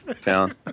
town